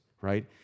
right